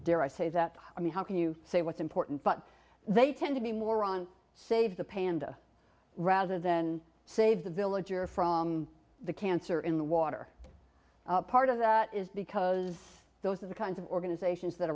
dare i say that i mean how can you say what's important but they tend to be more on save the panda rather than save the village or from the cancer in the water part of that is because those are the kinds of organizations that